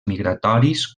migratoris